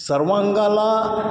सर्वांंगाला